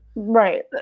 Right